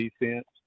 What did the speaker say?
defense